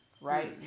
right